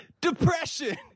depression